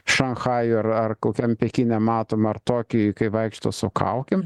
šanchajuj ar ar kokiam pekine matom ar tokijuj kai vaikšto su kaukėm